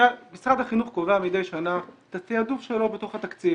משרד החינוך קובע מדי שנה את התעדוף שלו בתוך התקציב,